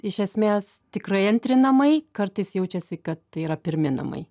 iš esmės tikrai antri namai kartais jaučiasi kad tai yra pirmi namai